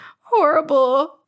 horrible –